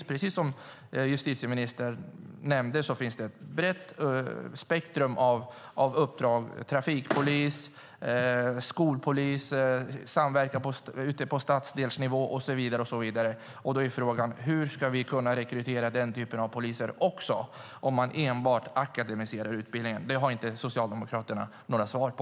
Precis som justitieministern nämnde finns det ett brett spektrum av uppdrag - trafikpolis, skolpolis, samverkan ute på stadsdelsnivå och så vidare. Frågan är hur vi ska kunna rekrytera också denna typ av poliser om man enbart akademiserar utbildningen. Det har inte Socialdemokraterna några svar på.